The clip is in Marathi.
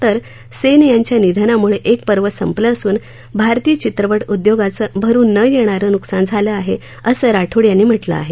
तर सेन यांच्या निधनामुळे एक पर्व संपलं असून भारतीय चित्रपट उद्योगाचं भरुन न येणारं नुकसान झालं आहे असं राठोड यांनी म्हटलं आहे